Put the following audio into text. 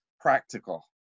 practical